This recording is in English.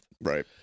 Right